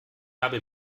habe